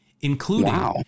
including